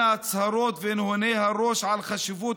בין ההצהרות והנהוני הראש על חשיבות